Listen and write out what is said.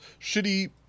shitty